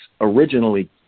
originally